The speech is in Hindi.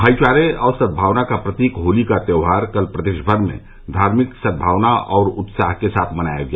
भाईचारे और सद्भावना का प्रतीक होली का त्योहार कल प्रदेश भर में धार्मिक सद्भावना और उत्साह के साथ मनाया गया